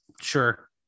sure